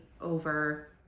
over